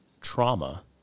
Trauma